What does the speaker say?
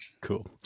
cool